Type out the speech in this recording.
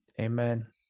Amen